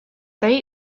they